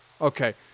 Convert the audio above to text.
Okay